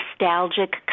nostalgic